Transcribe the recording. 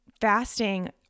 fasting